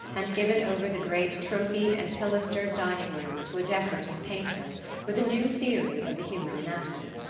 and given over the great trophied and pilastered dining-room to a decorative painter with a new theory of the human anatomy.